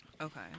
Okay